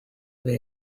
were